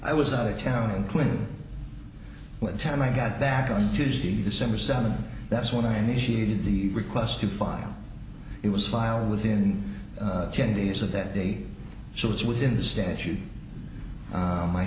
i was out of town and quick what time i got back on tuesday december seventh that's when i initiated the request to file it was filed within ten days of that day so it's within the statute of my